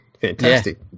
Fantastic